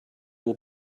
will